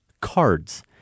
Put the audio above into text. cards